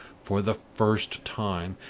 for the first time,